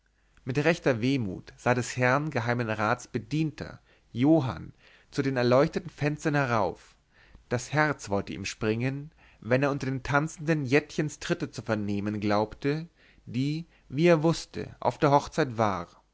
mit rechter wehmut sah des herrn geheimen rats bedienter johann zu den erleuchteten fenstern herauf das herz wollte ihm springen wenn er unter den tanzenden jettchens tritte zu vernehmen glaubte die wie er wußte auf der hochzeit war